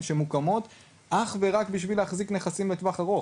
אשר מוקמות אך ורק בשביל להחזיק נכסים לטווח ארוך